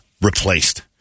replaced